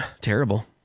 Terrible